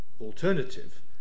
alternative